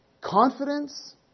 confidence